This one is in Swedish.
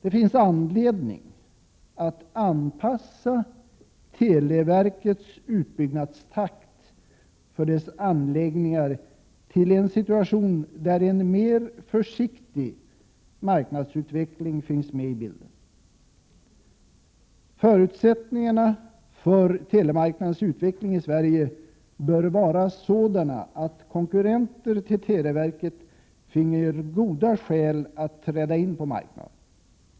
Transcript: Det finns anledning att anpassa televerkets utbyggnadstakt för dess anläggningar till en situation där en mer försiktig marknadsutveckling finns med i bilden. Förutsättningarna för telemarknadens utveckling i Sverige bör vara sådana att konkurrenter till televerket finner goda skäl att träda in på marknaden.